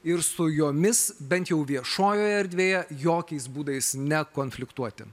ir su jomis bent jau viešojoje erdvėje jokiais būdais nekonfliktuoti